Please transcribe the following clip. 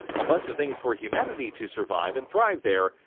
a bunch of things for humanity to survive and thrive there,